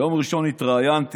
ביום ראשון התראיינתי